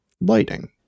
Lighting